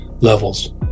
levels